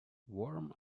warm